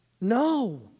No